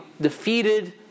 defeated